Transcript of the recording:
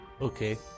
Okay